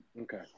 Okay